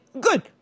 good